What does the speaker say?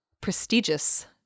prestigious